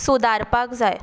सुदारपाक जाय